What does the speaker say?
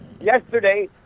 yesterday